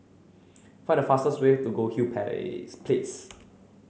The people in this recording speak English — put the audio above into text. find the fastest way to Goldhill please